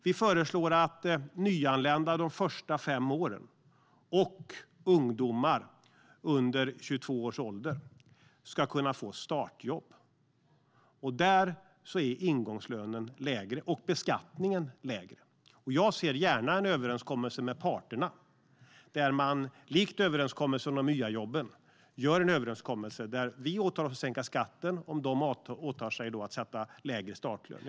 Vi föreslår att nyanlända de första fem åren och ungdomar under 22 års ålder ska kunna få startjobb. Där är ingångslönen lägre och beskattningen lägre. Jag ser gärna en överenskommelse med parterna, lik överenskommelsen om de nya jobben, där vi åtar oss att sänka skatten om de åtar sig att sätta lägre startlön.